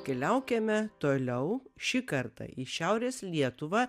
keliaukime toliau šį kartą į šiaurės lietuvą